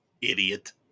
Idiot